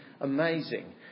amazing